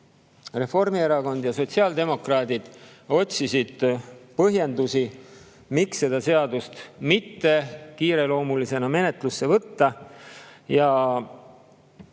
Reformierakond ja sotsiaaldemokraadid, otsisid põhjendusi, miks seda seadus[eelnõu] kiireloomulisena mitte menetlusse võtta.